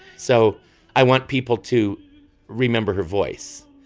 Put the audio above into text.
so i want people to remember her voice.